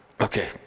Okay